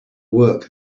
work